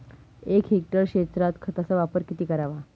एक हेक्टर क्षेत्रात खताचा वापर किती करावा?